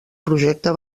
projecte